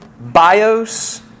Bios